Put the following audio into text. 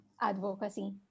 advocacy